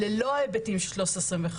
ללא ההיבטים של 1325,